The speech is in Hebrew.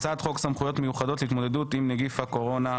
והצעת חוק סמכויות מיוחדות להתמודדות עם נגיף הקורונה החדש.